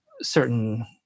certain